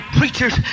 preachers